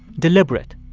deliberate.